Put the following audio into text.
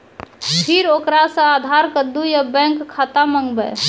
फिर ओकरा से आधार कद्दू या बैंक खाता माँगबै?